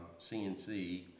CNC